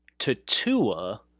Tatua